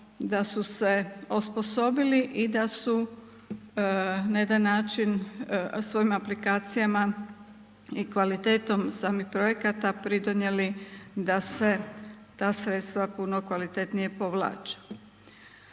da su se osposobili i da su na jedan način svojim aplikacijama i kvalitetom samih projekata pridonijeli da se ta sredstva puno kvalitetnije povlače.